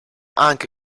anche